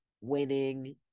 winning